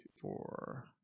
four